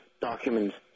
documents